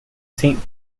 saint